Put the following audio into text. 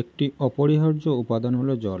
একটি অপরিহার্য উপাদান হল জল